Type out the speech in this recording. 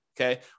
okay